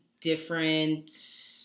different